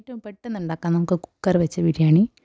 ഏറ്റവും പെട്ടെന്ന് ഉണ്ടാക്കാം നമുക്ക് കുക്കർ വച്ച് ബിരിയാണി